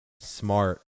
smart